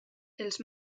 els